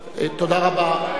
תודה רבה.